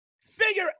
figure